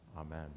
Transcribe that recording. Amen